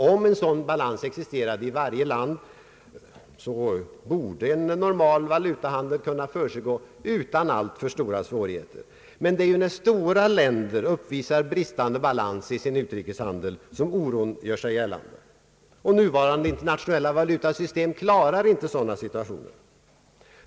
Om en sådan balans existerade i varje land, borde en normal valutahandel kunna försiggå utan alltför stora svårigheter, men det är ju när stora länder uppvisar bristande balans i sin utrikeshandel som oron gör sig gällande, Nuvarande internationella valutasystem klarar inte sådana situationer.